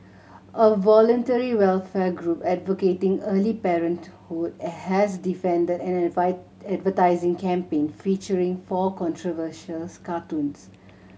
a voluntary welfare group advocating early parenthood has defended an advertising campaign featuring four controversial cartoons